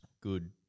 Good